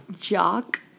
Jock